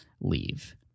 leave